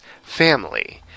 family